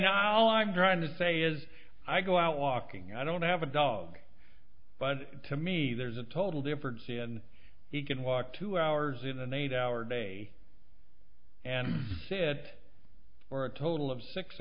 now i'm trying to say is i go out walking i don't have a dog but to me there's a total difference in he can walk two hours in an eight hour day and said for a total of six